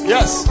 Yes